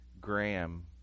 Graham